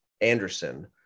Anderson